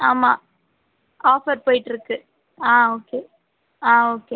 ஆமாம் ஆஃபர் போய்ட்டு இருக்கு ஆ ஓகே ஆ ஓகே